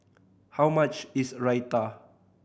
how much is Raita